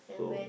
so